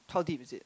how deep is it